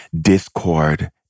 discord